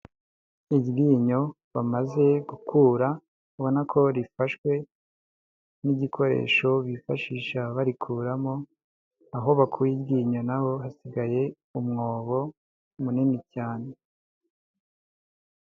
Iryinyo bamaze gukura ubona ko rifashwe n'igikoresho bifashisha barikuramo, aho bakuye iryinyo na ho hasigaye umwobo munini cyane.